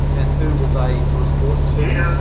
and who will they report to?